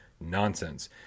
Nonsense